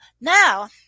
now